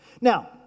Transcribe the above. Now